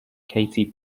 katie